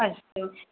अस्तु